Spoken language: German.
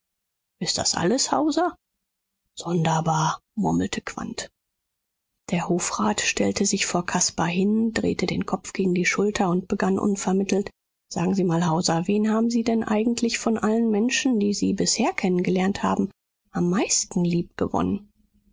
ist alles hauser sonderbar murmelte quandt der hofrat stellte sich vor caspar hin drehte den kopf gegen die schulter und begann unvermittelt sagen sie mal hauser wen haben sie denn eigentlich von allen menschen die sie bisher kennen gelernt haben am meisten